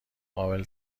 قابل